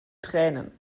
tränen